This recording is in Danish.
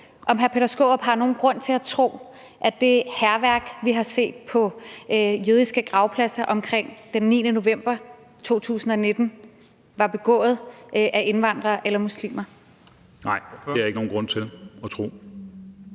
om hr. Peter Skaarup har nogen grund til at tro, at det hærværk, der blev begået på jødiske gravpladser omkring den 9. november 2019, var begået af indvandrere eller muslimer. Kl. 13:29 Formanden (Henrik Dam